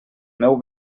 meu